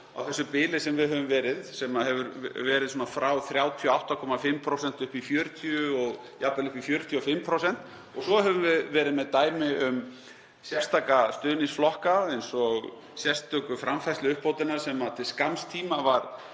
á þessu bili sem við höfum verið, sem hefur verið frá 38,5% upp í 40% og jafnvel upp í 45%, og svo höfum við verið með dæmi um sérstaka stuðningsflokka, eins og sérstöku framfærsluuppbótina sem til skamms tíma var